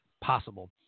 possible